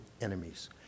enemies